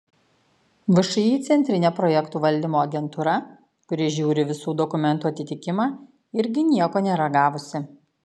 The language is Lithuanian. všį centrinė projektų valdymo agentūra kuri žiūri visų dokumentų atitikimą irgi nieko nėra gavusi